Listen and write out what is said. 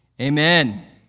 Amen